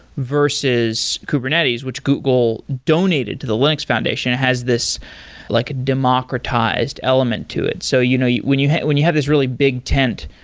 versus kubernetes, which google donated to the linux foundation. it has this like democratized element to it. so you know when you hit when you have this really big tent,